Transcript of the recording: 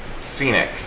scenic